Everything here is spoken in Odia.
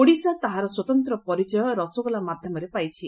ଓଡ଼ିଶା ତାହାର ସ୍ୱତନ୍ତ ପରିଚୟ ରସଗୋଲା ମାଧ୍ୟମରେ ପାଇଛି